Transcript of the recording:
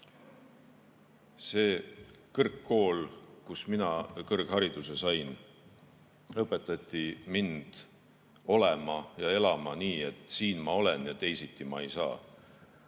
Selles kõrgkoolis, kus mina kõrghariduse sain, õpetati mind olema ja elama nii, et siin ma olen ja teisiti ma ei saa.